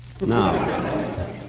No